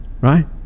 right